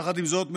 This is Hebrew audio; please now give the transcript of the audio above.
יחד עם זאת,